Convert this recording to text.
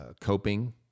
coping